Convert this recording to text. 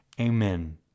Amen